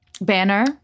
banner